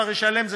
האוצר ישלם,